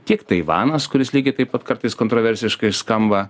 tiek taivanas kuris lygiai taip pat kartais kontroversiškai skamba